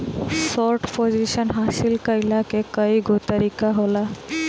short position हासिल कईला के कईगो तरीका होला